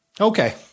Okay